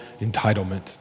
entitlement